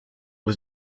was